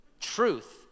truth